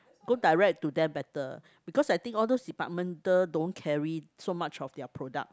go direct to them better because I think all those departmental don't carry so much of their product